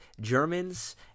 Germans